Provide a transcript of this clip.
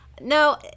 No